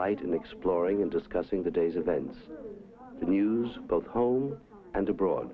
delight in exploring and discussing the day's events the news both home and abroad